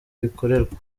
bikorerwa